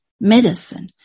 medicine